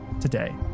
today